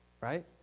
right